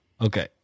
Okay